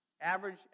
Average